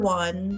one